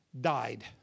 died